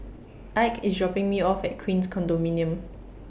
Ike IS dropping Me off At Queens Condominium